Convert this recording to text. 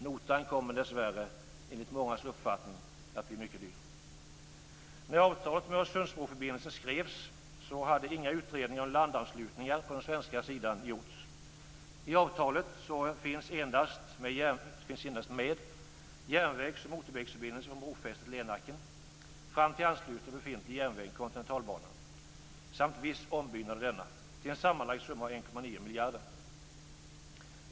Notan kommer dessvärre, enligt mångas uppfattning, att bli mycket dyr. När avtalet om Öresundsbroförbindelsen skrevs hade inga utredningar om landanslutningar på den svenska sidan gjorts. I avtalet finns endast med järnvägs och motorvägsförbindelse från brofästet, Lernacken, fram till anslutning av befintlig järnväg, Kontinentalbanan, samt viss ombyggnad av denna, till en sammanlagd kostnad av 1,9 miljarder kronor.